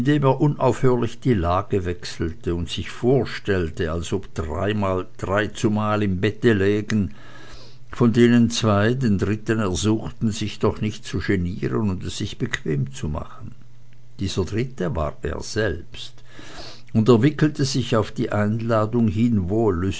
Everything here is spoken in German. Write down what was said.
unaufhörlich die lage wechselte und sich vorstellte als ob drei zumal im bette lägen von denen zwei den dritten ersuchten sich doch nicht zu genieren und es sich bequem zu machen dieser dritte war er selbst und er wickelte sich auf die einladung hin